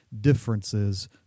differences